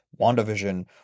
Wandavision